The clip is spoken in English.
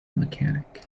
mechanic